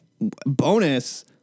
bonus